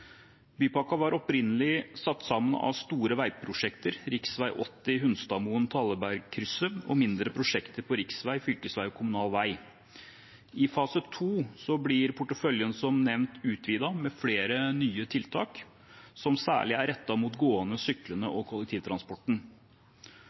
var opprinnelig satt sammen av store veiprosjekter, rv. 80 Hunstadmoen–Thallekrysset og mindre prosjekter på riksvei, fylkesvei og kommunal vei. I fase 2 blir porteføljen som nevnt utvidet med flere nye tiltak, som særlig er rettet mot gående, syklende